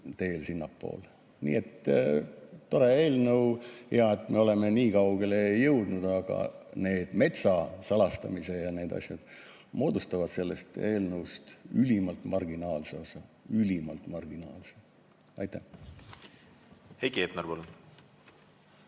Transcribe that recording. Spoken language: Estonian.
teel sinnapoole. Nii et tore eelnõu! Hea, et me oleme nii kaugele jõudnud, aga need metsa salastamise asjad moodustavad sellest eelnõust ülimalt marginaalse osa. Ülimalt marginaalse! Aitäh! Heiki Hepner,